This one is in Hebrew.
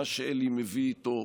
אני חושב שמה שאלי מביא איתו